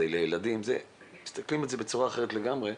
לילדים ומסתכלים על זה בצורה אחרת לגמרי.